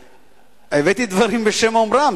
הבאתי דברים בשם אומרם,